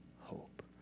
hope